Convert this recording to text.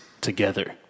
together